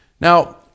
Now